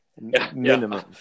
minimum